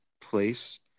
place